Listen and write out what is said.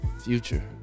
future